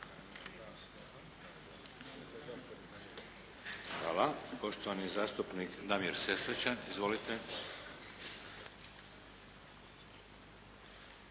Hvala. Poštovani zastupnik Damir Sesvečan. Izvolite.